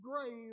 grave